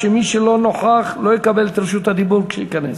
שמי שלא נוכח לא יקבל את רשות הדיבור כשייכנס.